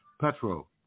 petrol